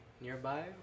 nearby